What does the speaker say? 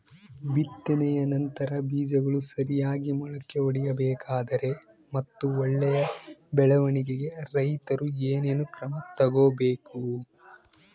ಬಿತ್ತನೆಯ ನಂತರ ಬೇಜಗಳು ಸರಿಯಾಗಿ ಮೊಳಕೆ ಒಡಿಬೇಕಾದರೆ ಮತ್ತು ಒಳ್ಳೆಯ ಬೆಳವಣಿಗೆಗೆ ರೈತರು ಏನೇನು ಕ್ರಮ ತಗೋಬೇಕು?